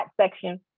section